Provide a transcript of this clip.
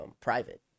private